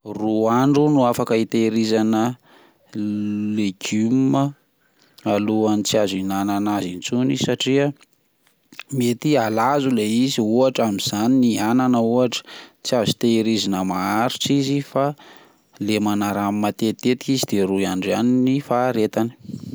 Roa andro no afaka hitehirizana legioma alohan'ny tsy azo hihinanana azy intsony satria mety halazo le izy ohatra amin'izany ny anana ohatra tsy azo tehirizina maharitra izy fa lemana rano matetitetika izy de roa andro ihany ny faharetany.